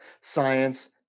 science